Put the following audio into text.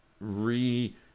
re